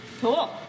cool